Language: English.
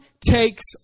takes